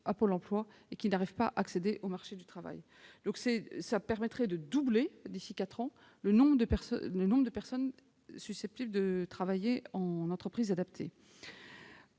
à Pôle emploi et n'arrivent pas à accéder au marché du travail. Notre objectif est de doubler d'ici à quatre ans le nombre de personnes susceptibles de travailler en entreprise adaptée,